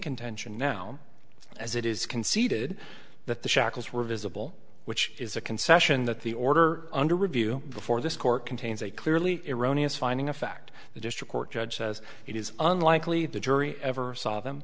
contention now as it is conceded that the shackles were visible which is a concession that the order under review before this court contains a clearly erroneous finding of fact the district court judge says it is unlikely the jury ever saw them